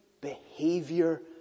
behavior